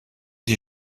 die